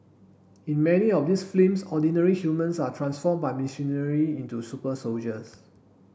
in many of these films ordinary humans are transformed by machinery into super soldiers